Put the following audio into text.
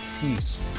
peace